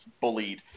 bullied